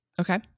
Okay